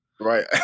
Right